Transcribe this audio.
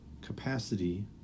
capacity